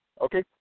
Okay